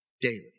Daily